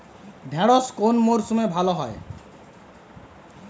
ঢেঁড়শ কোন মরশুমে ভালো হয়?